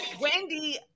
Wendy